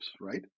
right